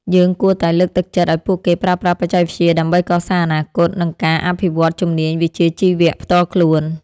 យើងគួរតែលើកទឹកចិត្តឱ្យពួកគេប្រើប្រាស់បច្ចេកវិទ្យាដើម្បីកសាងអនាគតនិងការអភិវឌ្ឍន៍ជំនាញវិជ្ជាជីវៈផ្ទាល់ខ្លួន។